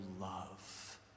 love